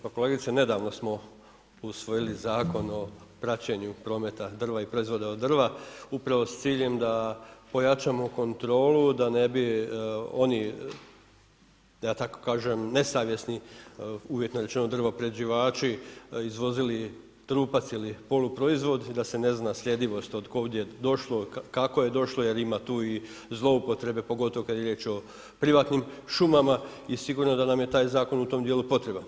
Pa kolegice, nedavno smo usvojili Zakon o praćenju prometa drva i proizvoda od drva, upravo s ciljem da pojačamo kontrolu, da ne bi oni, da tako kažem, nesavjesni uvjetno rečeno drvoprerađivači izvozili trupac ili poluproizvod i da se ne zna sljedivost od kud je došlo, kako je došlo jer ima tu i zloupotrebe pogotovo kad je riječ o privatnim šumama i sigurno da nam je taj zakon u tom djelu potreban.